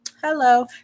Hello